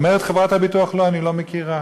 אומרת חברת הביטוח: לא, אני לא מכירה.